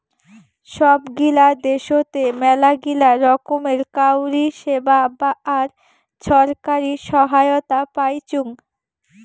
সব গিলা দ্যাশোতে মেলাগিলা রকমের কাউরী সেবা আর ছরকারি সহায়তা পাইচুং